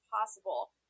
possible